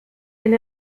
elle